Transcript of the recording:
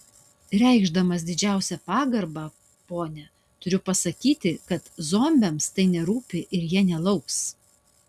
reikšdamas didžiausią pagarbą ponia turiu pasakyti kad zombiams tai nerūpi ir jie nelauks